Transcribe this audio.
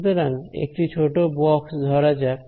সুতরাং একটি ছোট বক্স ধরা যাক